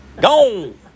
Gone